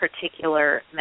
particular